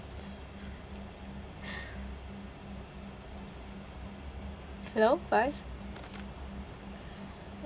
hello faz